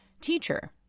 Teacher